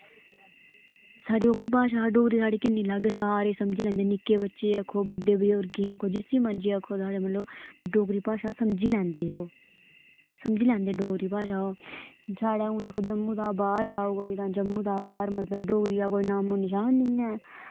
साढ़ी ओह्की भाशा साढ़ी डोगरी सारे समझी लैंदे निक्के बच्चे आक्खो कोई बड्डें बजुर्गें गी डोगरी भाशा समझी लैंदे ओह् समझी लैंदे डोगरी भाशा ओह् साढ़े हून दिक्खो जम्मू दे बाह्र जा कोई जम्मू दा मतलब बाह्र साढ़ा मतलब डोगरी दा कोई नामो निशान निं ऐ